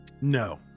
No